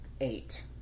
eight